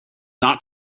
not